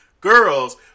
Girls